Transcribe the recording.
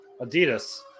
Adidas